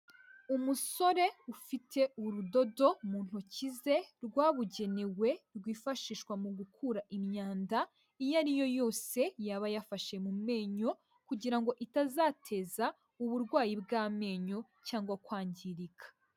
Umusore ufite urudodo mu ntoki ze, rwabugenewe, rwifashishwa mu gukura imyanda iyo ari yo yose yaba yafashe mu menyo, kugira ngo itazateza uburwayi bw'amenyo, cyangwa kwangirika.